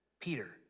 Peter